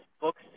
book's